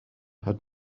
had